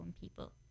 people